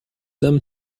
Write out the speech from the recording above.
them